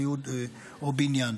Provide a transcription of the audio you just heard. סיעוד או בניין,